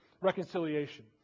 reconciliation